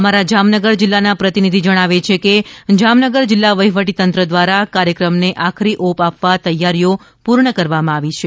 અમારા જામનગર જિલ્લાના પ્રતિનિધિ જણાવે છે કે જામનગર જિલ્લા વહીવટીતંત્ર દ્વારા કાર્યક્રમને આખરી ઓપ આપવા તૈયારીઓ પૂર્ણ કરવામાં આવી છે